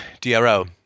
DRO